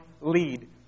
lead